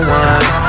one